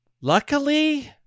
luckily